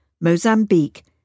Mozambique